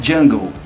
Jungle